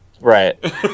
Right